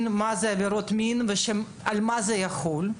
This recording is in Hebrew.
האומרת מה זה עבירות מין ועל מה זה יחול.